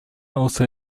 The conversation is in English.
also